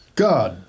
god